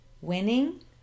winning